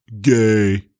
gay